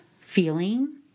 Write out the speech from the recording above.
feeling